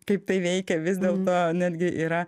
kaip tai veikia vis dėl to netgi yra